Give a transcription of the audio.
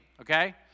okay